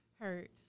hurt